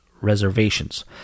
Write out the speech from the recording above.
Reservations